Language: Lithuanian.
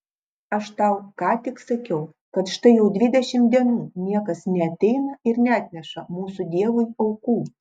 aš tau ką tik sakiau kad štai jau dvidešimt dienų niekas neateina ir neatneša mūsų dievui aukų